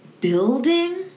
building